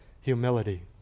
humility